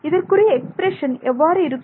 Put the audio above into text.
இதற்குரிய எக்ஸ்பிரஷன் எவ்வாறு இருக்கும்